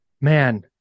Man